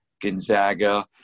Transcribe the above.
Gonzaga